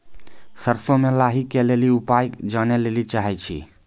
सरसों मे लाही के ली उपाय जाने लैली चाहे छी?